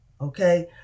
Okay